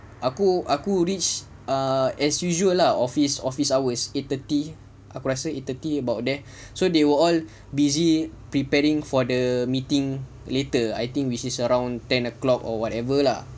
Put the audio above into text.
aku aku reach ah as usual lah office office hours eight thirty aku rasa eight thirty about there so they were all busy preparing for the meeting later I think which is around ten o'clock or whatever lah